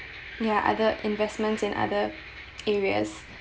ya other investments in other areas